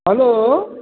hello